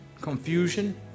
confusion